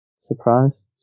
surprise